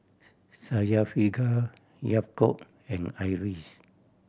Syafiqah Yaakob and Idris